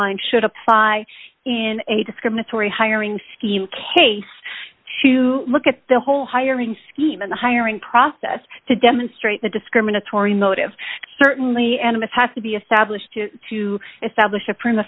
mind should apply in a discriminatory hiring scheme case to look at the whole hiring scheme in the hiring process to demonstrate the discriminatory motive certainly animists has to be established to establish a prima